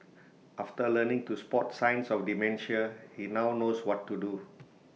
after learning to spot signs of dementia he now knows what to do